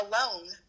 alone